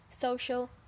social